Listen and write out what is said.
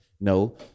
No